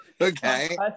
Okay